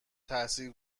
تاثیر